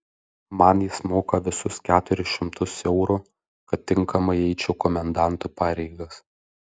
man jis moka visus keturis šimtus eurų kad tinkamai eičiau komendanto pareigas